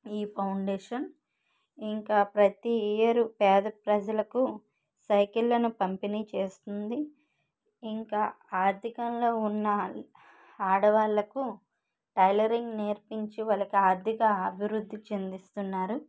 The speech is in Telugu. ఈ ఫౌండేషన్ ఇంకా ప్రతి ఇయర్ పేద ప్రజలకు సైకిల్ లను పంపిణీ చేస్తుంది ఇంకా ఆర్థికంగా ఉన్న ఆడవాళ్ళకు టైలరింగ్ నేర్పించి వాళ్ళకి ఆర్థిక అభివృద్ధి చెందిస్తున్నారు